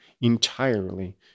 entirely